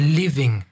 living